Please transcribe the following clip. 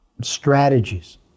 strategies